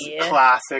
Classic